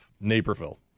Naperville